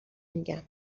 میگم